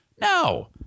No